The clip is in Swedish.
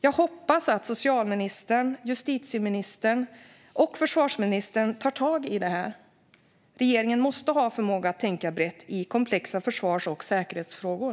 Jag hoppas att socialministern, justitieministern och försvarsministern tar tag i det här. Regeringen måste ha förmåga att tänka brett i komplexa försvars och säkerhetsfrågor.